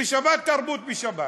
ב"שבתרבות" בשבת,